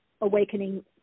Awakening